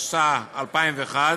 התשס"א 2001,